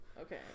okay